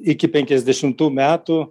iki penkiasdešimtų metų